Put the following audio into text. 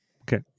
okay